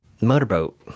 motorboat